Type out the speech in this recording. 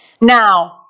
Now